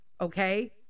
Okay